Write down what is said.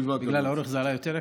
בגלל האורך זה עלה יותר?